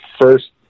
first